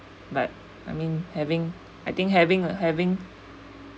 but I mean having I think having having